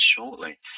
shortly